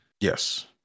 Yes